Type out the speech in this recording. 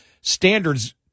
standards